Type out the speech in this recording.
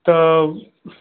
तो